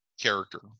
character